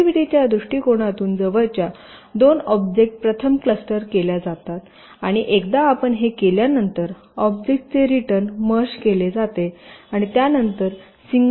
कनेक्टिव्हिटीच्या दृष्टीकोनातून जवळच्या 2 ऑब्जेक्ट प्रथम क्लस्टर केल्या जातात आणि एकदा आपण हे केल्या नंतर ऑब्जेक्टचे रिजन मर्ज केले जाते आणि त्यानंतर सिंगल ऑब्जेक्ट मानले जाते